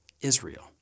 Israel